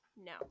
No